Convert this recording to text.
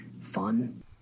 fun